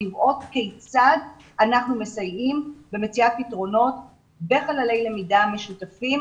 לראות כיצד אנחנו מסייעים במציאת פתרונות בחללי למידה משותפים